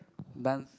dance